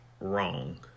wrong